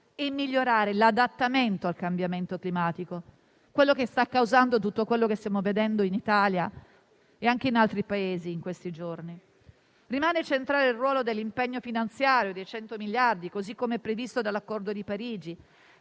e migliorare l'adattamento al cambiamento climatico, quello che sta causando tutto quello che stiamo vedendo in Italia e anche in altri Paesi in questi giorni. Rimane centrale il ruolo dell'impegno finanziario dei 100 miliardi, così come previsto dall'Accordo di Parigi,